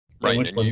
Right